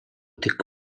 tik